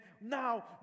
now